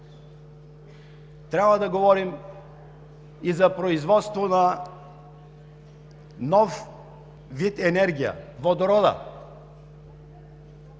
трябва да говорим и за производство на нов вид енергия – водорода.